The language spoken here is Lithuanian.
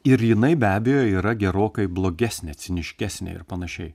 ir jinai be abejo yra gerokai blogesnė ciniškesnė ir panašiai